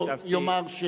או יאמר,